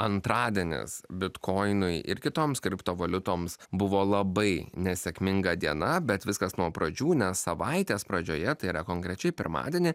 antradienis bitkoinui ir kitoms kriptovaliutoms buvo labai nesėkminga diena bet viskas nuo pradžių nes savaitės pradžioje tai yra konkrečiai pirmadienį